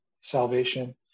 salvation